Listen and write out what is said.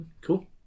Cool